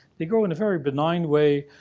they grow in a very benign way.